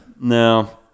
No